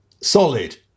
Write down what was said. solid